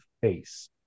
face